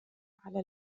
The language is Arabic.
على